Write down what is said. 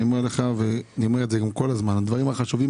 אני אומר לך ואני אומר כל הזמן שהדברים החשובים